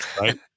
right